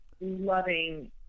loving